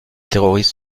terroristes